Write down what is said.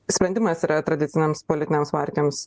sprendimas yra tradicinėms politinėms partijoms